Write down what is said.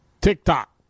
TikTok